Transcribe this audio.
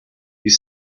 you